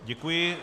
Děkuji.